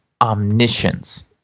omniscience